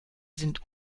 sind